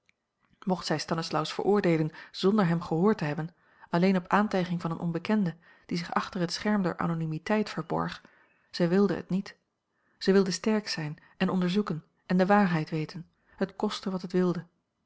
mocht zij stanislaus veroordeelen zonder hem gehoord te hebben alleen op aantijging van een onbekende die zich achter het scherm der anonymiteit verborg zij wilde het niet zij wilde sterk zijn en onderzoeken en de waarheid weten het kostte wat het wilde